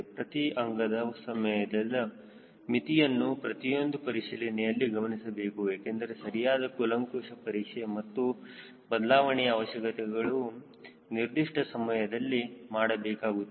ಪ್ರತಿ ಅಂಗದ ಸಮಯದ ಮಿತಿಯನ್ನು ಪ್ರತಿಯೊಂದು ಪರಿಶೀಲನೆಯಲ್ಲಿ ಗಮನಿಸಬೇಕು ಏಕೆಂದರೆ ಸರಿಯಾದ ಕುಲಂಕುಶ ಪರೀಕ್ಷೆ ಮತ್ತು ಬದಲಾವಣೆಯ ಅವಶ್ಯಕತೆಗಳು ನಿರ್ದಿಷ್ಟ ಸಮಯದಲ್ಲಿ ಮಾಡಬೇಕಾಗುತ್ತದೆ